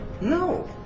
No